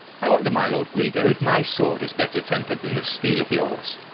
i wonder, my lord guido, if my sword is better tempered than this steel of yours?